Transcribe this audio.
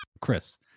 Chris